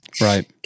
Right